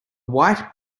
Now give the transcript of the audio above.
white